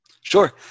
Sure